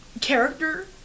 character